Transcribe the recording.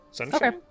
Okay